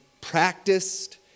practiced